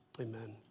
Amen